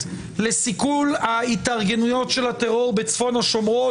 לסיכול ההתארגנויות של הטרור בצפון השומרון